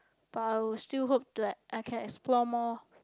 but I will still hope to like I can explore more